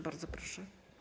Bardzo proszę.